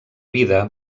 vida